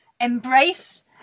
embrace